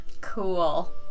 Cool